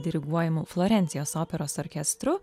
diriguojamu florencijos operos orkestru